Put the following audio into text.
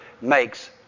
makes